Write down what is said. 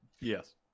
Yes